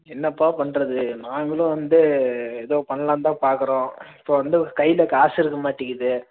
என்னப்பா பண்ணுறது நாங்களும் வந்து ஏதோ பண்ணலான்னுதான் பார்க்குறோம் இப்போ வந்து கையில் காசு இருக்க மாட்டேங்கிது